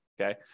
okay